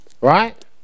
right